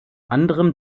anderem